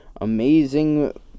amazing